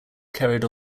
carried